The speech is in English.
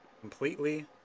Completely